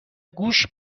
گوش